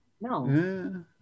No